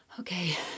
Okay